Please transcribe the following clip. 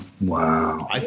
Wow